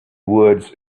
woods